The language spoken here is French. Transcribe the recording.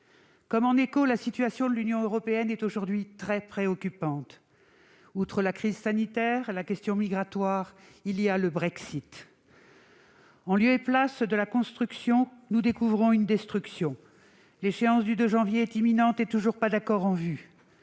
comme en écho, la situation de l'Union européenne est aujourd'hui très préoccupante, puisque, outre la crise sanitaire et la question migratoire, il y a le Brexit. En ce domaine, en lieu et place d'une construction, nous découvrons une destruction ; l'échéance du 2 janvier prochain est imminente, et il n'y a toujours pas d'accord en vue.